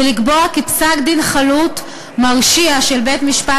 ולקבוע כי פסק-דין חלוט מרשיע של בית-משפט